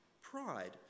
pride